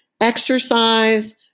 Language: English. Exercise